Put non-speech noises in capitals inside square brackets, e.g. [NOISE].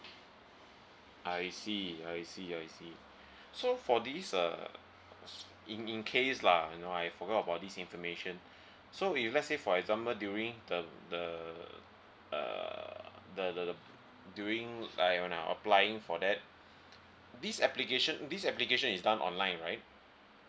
I see I see I see [BREATH] so for this uh in in case lah you know I forgot about this information [BREATH] so if let's say for example during the the err the the during like on our applying for that this application this application is done online right